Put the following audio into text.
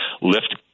lift